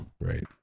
Right